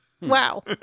Wow